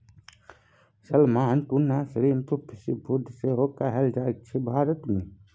salmon, tuna आ shrimp seafood सेहो खाएल जाइ छै भारत मे